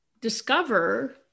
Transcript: discover